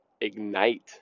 ignite